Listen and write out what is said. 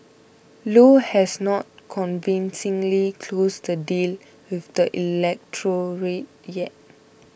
low has not convincingly closed the deal with the electorate yet